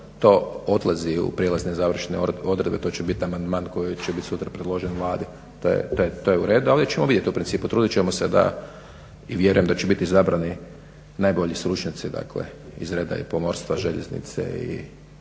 to odlazi u prijelazne i završne odredbe, to će biti amandman koji će biti sutra predložen Vladi, to je uredu. Ali vidjet ćemo u principu trudit ćemo da i vjerujem da će biti izabrani najbolji stručnjaci iz reda pomorstva, željeznice i